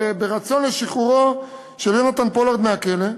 מרצון לשחרור של יונתן פולארד מהכלא,